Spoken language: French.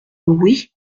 louis